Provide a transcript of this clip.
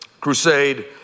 crusade